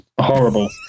horrible